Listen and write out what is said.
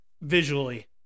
visually